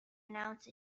announce